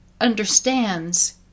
understands